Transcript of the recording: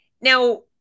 now